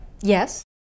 Yes